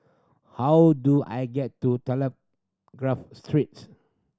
how do I get to Telegraph Street